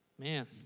Man